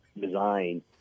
design